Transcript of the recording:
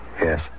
Yes